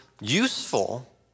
useful